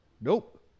Nope